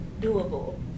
doable